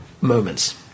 moments